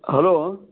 hello